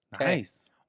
Nice